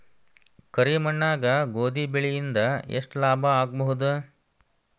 ಕರಿ ಮಣ್ಣಾಗ ಗೋಧಿ ಬೆಳಿ ಇಂದ ಎಷ್ಟ ಲಾಭ ಆಗಬಹುದ?